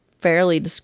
fairly